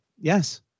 Yes